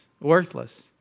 Worthless